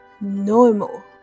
normal